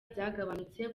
byagabanutse